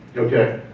okay,